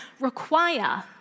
require